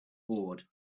awed